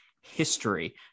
history